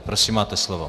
Prosím, máte slovo.